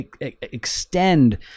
extend